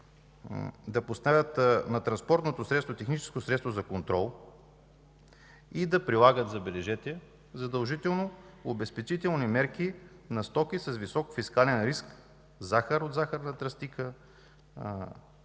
да поставят на транспортното средство техническо средство за контрол и да прилагат, забележете, задължително обезпечителни мерки на стоки с висок фискален риск – захар от захарна тръстика,